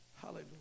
Hallelujah